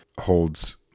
holds